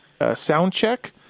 Soundcheck